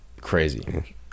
Crazy